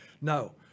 No